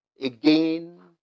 again